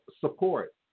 support